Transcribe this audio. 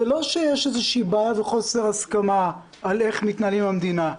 זה לא שיש איזושהי בעיה וחוסר הסכמה על איך מתנהלים עם המדינה.